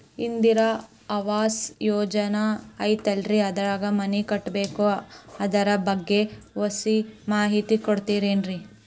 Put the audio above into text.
ಇಂದಿರಾ ಆವಾಸ ಯೋಜನೆ ಐತೇಲ್ರಿ ಅದ್ರಾಗ ಮನಿ ಕಟ್ಬೇಕು ಅದರ ಬಗ್ಗೆ ಒಸಿ ಮಾಹಿತಿ ಕೊಡ್ತೇರೆನ್ರಿ?